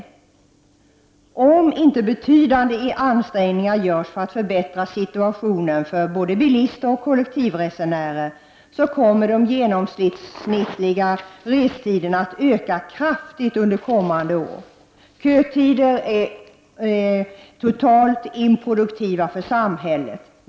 Om inte betydande ansträngningar görs för att förbättra situationen för både bilister och kollektivresenärer kommer de genomsnittliga restiderna att öka kraftigt under kommande år. Kötider är helt improduktiva för samhället.